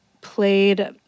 played